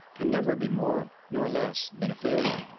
can never be more nor less than a failure,